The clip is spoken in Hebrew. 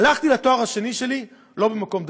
הלכתי לתואר השני שלי לא במקום דתי,